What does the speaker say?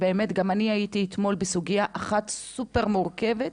באמת, גם אני הייתי אתמול בסוגיה אחת סופר מורכבת,